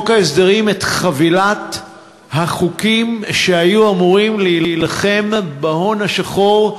הוציאו את חבילת החוקים שהיו אמורים להילחם בהון השחור,